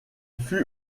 fut